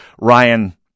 Ryan